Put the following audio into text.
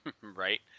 Right